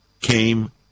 came